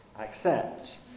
accept